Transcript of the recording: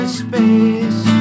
space